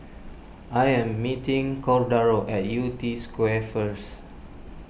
I am meeting Cordaro at Yew Tee Square first